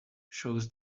shows